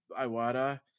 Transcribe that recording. Iwata